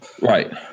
right